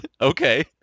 okay